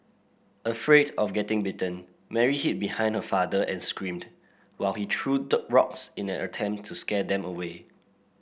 afraid of getting bitten Mary hid behind her father and screamed while he threw the rocks in an attempt to scare them away